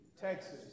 Texas